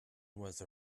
was